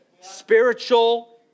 Spiritual